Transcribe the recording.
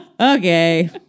Okay